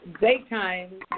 daytime